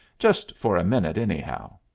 just for a minute anyhow.